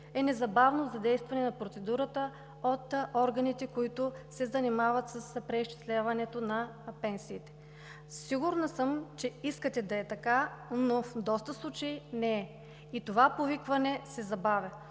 незабавно е задействана процедурата от органите, които се занимават с преизчисляването на пенсиите. Сигурна съм, че искате да е така, но в доста случаи не е. Това повикване се забавя